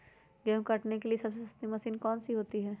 गेंहू काटने के लिए सबसे सस्ती मशीन कौन सी होती है?